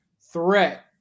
threat